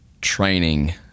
training